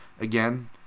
again